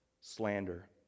slander